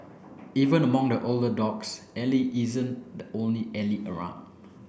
even among the older dogs Ally isn't the only Ally around